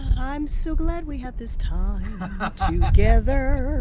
i'm so glad we had this time together.